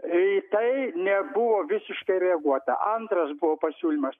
į tai nebuvo visiškai reaguota antras buvo pasiūlymas